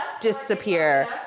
disappear